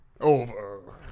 over